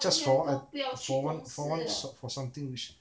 just for one for one for one som~ for something which